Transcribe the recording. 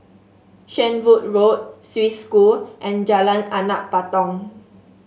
Shenvood Road Swiss School and Jalan Anak Patong